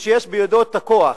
כשיש בידו הכוח.